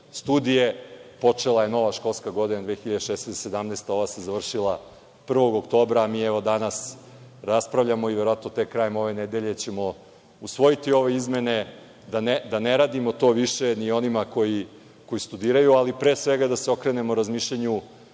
studije. Počela je nova školska godina 2016/2017. Ova se završila 1. oktobra a mi danas raspravljamo i verovatno tek krajem ove nedelje ćemo usvojiti ove izmene, da ne radimo to više ni onima koji studiraju, ali pre svega da se okrenemo razmišljanju